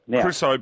Chris